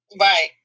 Right